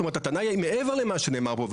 זאת אומרת, הטענה היא מעבר למה שנאמר פה.